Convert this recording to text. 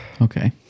Okay